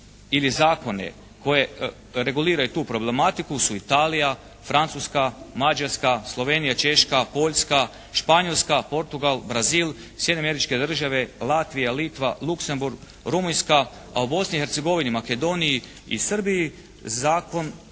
ili zakone koji reguliraju tu problematiku su Italija, Francuska, Mađarska, Slovenija, Češka, Poljska, Španjolska, Portugal, Brazil, Sjedinjene Američke Države, Latvija, Litva, Luksemburg, Rumunjska a u Bosni i Hercegovini, Makedoniji i Srbiji zakon,